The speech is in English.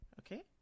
okay